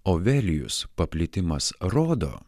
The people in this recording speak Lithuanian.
ovelijus paplitimas rodo